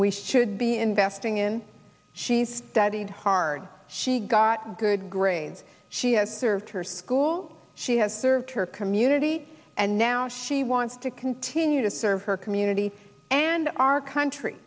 we should be investing in she studied hard she got good grades she has served her school she has served her community and now she wants to continue to serve her community and our country